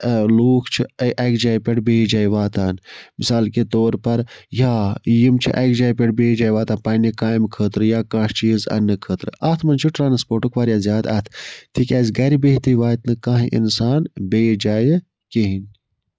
لوٗکھ چھِ اَکہِ جایہِ پٮ۪ٹھ بیٚیہِ جایہِ واتان مِثال کہِ طور پَر یا یِم چھِ اَکہِ جایہِ پٮ۪ٹھ بیٚیہِ جایہِ واتان پَنٕنہِ کامہِ خٲطرٕ یا کانہہ چیٖز اَنٕنہٕ خٲطرٕ اَتھ منٛز چھُ ٹرانَسپورٹُک واریاہ زیادٕ اَتھٕ تِکیازِ گرِ بِہِتھٕے واتہِ نہٕ کانہہ اِنسان بیٚیِس جایہِ کِہیٖنۍ